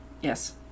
Yes